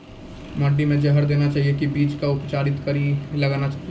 माटी मे जहर देना चाहिए की बीज के उपचारित कड़ी के लगाना चाहिए?